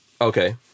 Okay